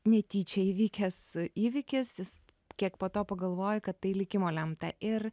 netyčia įvykęs įvykis jis kiek po to pagalvoji kad tai likimo lemta ir